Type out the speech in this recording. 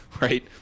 right